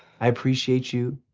i appreciate you.